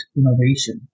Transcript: innovation